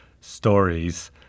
stories